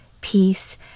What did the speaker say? peace